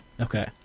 Okay